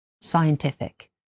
scientific